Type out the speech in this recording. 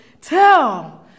Tell